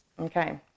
Okay